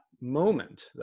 moment